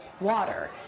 water